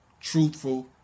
truthful